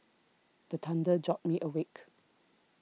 the thunder jolt me awake